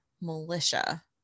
militia